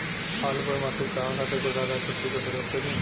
आलू पर माटी चढ़ावे खातिर कुदाल या खुरपी के प्रयोग करी?